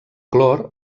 clor